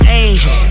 angel